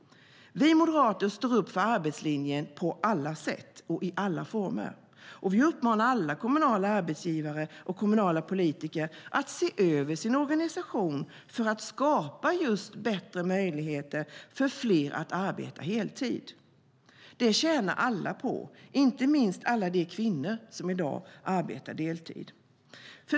Vi moderater står upp för arbetslinjen på alla sätt och i alla former. Vi uppmanar alla kommunala arbetsgivare och kommunala politiker att se över sin organisation för att skapa bättre möjligheter för fler att arbeta heltid. Det tjänar alla på, inte minst alla de kvinnor som i dag arbetar deltid.